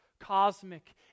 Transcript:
Cosmic